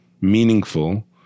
meaningful